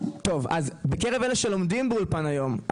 בקרב אלה שלומדים באולפן היום,